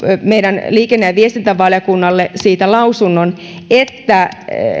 meidän liikenne ja viestintävaliokunnalle lausunnon nimenomaan siitä että